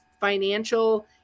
financial